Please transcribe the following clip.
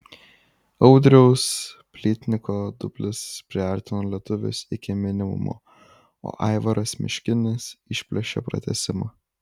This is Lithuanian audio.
audriaus plytniko dublis priartino lietuvius iki minimumo o aivaras meškinis išplėšė pratęsimą